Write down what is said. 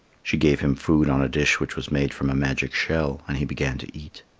she gave him food on a dish which was made from a magic shell, and he began to eat.